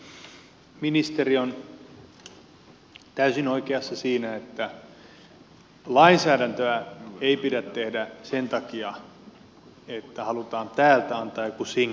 ministeri on täysin oikeassa siinä että lainsäädäntöä ei pidä tehdä sen takia että halutaan täältä antaa joku signaali